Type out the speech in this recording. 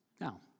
Now